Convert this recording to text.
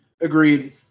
Agreed